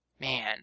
Man